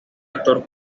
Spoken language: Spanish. actor